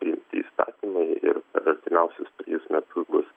priimti įstatymai ir per artimiausius trejus metus bus